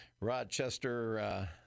Rochester